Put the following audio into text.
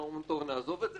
אנחנו אומרים נעזוב את זה,